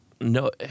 no